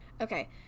Okay